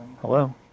Hello